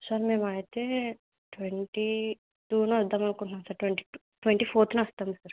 sir మేమైతే twenty టూన వద్దామనుకుంట్నాం sir twenty two twenty fourth నొస్తం సార్